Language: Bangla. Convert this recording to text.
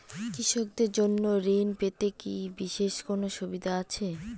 কৃষকদের জন্য ঋণ পেতে কি বিশেষ কোনো সুবিধা আছে?